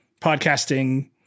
podcasting